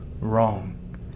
wrong